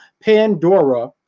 Pandora